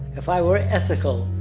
if i were ethical,